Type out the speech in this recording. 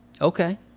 Okay